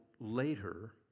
later